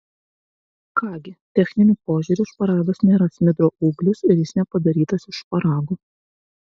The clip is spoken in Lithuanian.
ką gi techniniu požiūriu šparagas nėra smidro ūglis ir jis nepadarytas iš šparagų